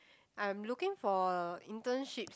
I'm looking for internships